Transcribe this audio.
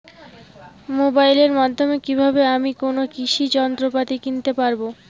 মোবাইলের মাধ্যমে কীভাবে আমি কোনো কৃষি যন্ত্রপাতি কিনতে পারবো?